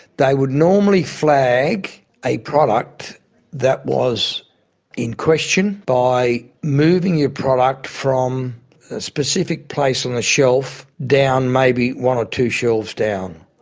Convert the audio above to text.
they would normally flag a product that was in question by moving your product from a specific place on the shelf down maybe one or two shelves down,